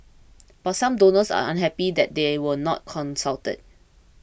but some donors are unhappy that they were not consulted